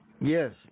Yes